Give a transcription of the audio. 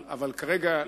אבל כרגע,